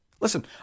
Listen